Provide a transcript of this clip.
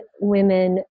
women